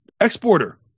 exporter